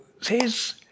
says